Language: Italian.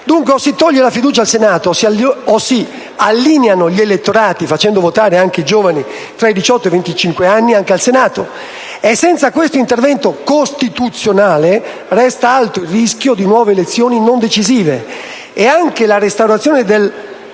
Quindi, o si toglie il voto di fiducia al Senato o si allineano gli elettorati, facendo votare anche i giovani tra i 18 e i 25 anni al Senato. Senza questo intervento costituzionale resta alto il rischio di nuove elezioni non decisive. Anche la restaurazione del